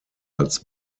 als